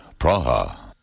Praha